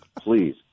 please